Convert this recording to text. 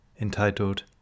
entitled